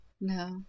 No